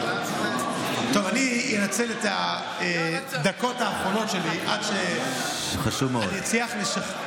אני אנצל את הדקות האחרונות שלי עד שאני אצליח לשכנע,